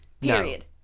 Period